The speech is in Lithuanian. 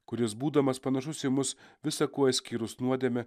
kuris būdamas panašus į mus visa kuo išskyrus nuodėme